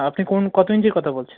আপনি কোন কত ইঞ্চির কথা বলছেন